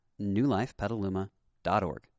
newlifepetaluma.org